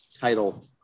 title